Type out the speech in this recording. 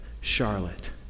Charlotte